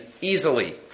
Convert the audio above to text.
easily